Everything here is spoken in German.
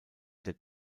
der